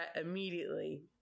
immediately